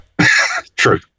True